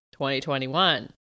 2021